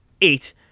eight